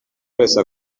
wese